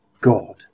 God